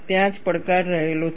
ત્યાં જ પડકાર રહેલો છે